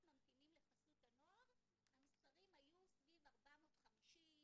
ממתינים לחסות הנוער המספרים היו סביב 450,